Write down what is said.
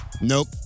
Nope